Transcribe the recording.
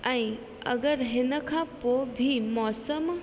ऐं अगरि हिन खां पोइ बि मौसमु